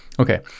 Okay